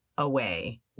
away